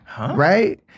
Right